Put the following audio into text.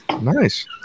Nice